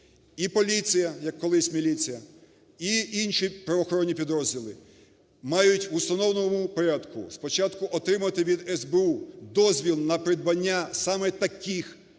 І поліція, як колись міліція, і інші правоохоронні підрозділи, мають в установленому порядку спочатку отримати від СБУ дозвіл на придбання саме таких виробів,